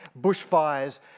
bushfires